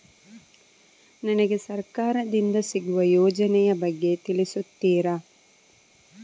ನನಗೆ ಸರ್ಕಾರ ದಿಂದ ಸಿಗುವ ಯೋಜನೆ ಯ ಬಗ್ಗೆ ತಿಳಿಸುತ್ತೀರಾ?